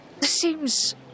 seems